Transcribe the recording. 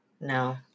No